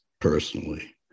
personally